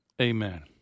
Amen